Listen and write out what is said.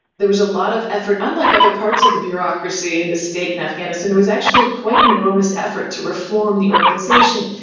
there was a lot of effort, unlike other parts of the bureaucracy in this state in afghanistan there was actually quite an enormous effort to reform the organisation.